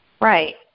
Right